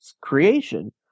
creation